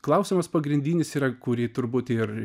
klausimas pagrindinis yra kurį turbūt ir